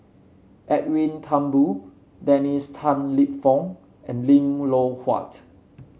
Edwin Thumboo Dennis Tan Lip Fong and Lim Loh Huat